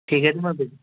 ठीक है तो मैं भिज